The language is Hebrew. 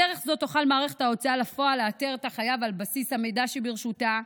בדרך זו תוכל מערכת ההוצאה לפועל לאתר את החייב על בסיס המידע שברשותה.